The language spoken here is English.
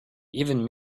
even